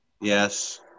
Yes